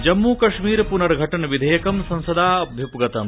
जम्मू कश्मीर पुनर्घटन विधेयकं संसदा अभ्युपगतम्